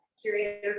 Curator